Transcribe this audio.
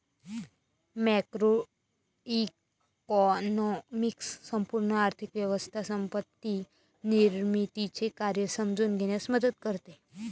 macroeconomics संपूर्ण आर्थिक व्यवस्था संपत्ती निर्मितीचे कार्य समजून घेण्यास मदत करते